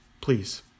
Please